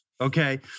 Okay